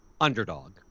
underdog